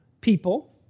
people